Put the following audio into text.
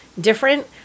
different